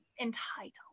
entitled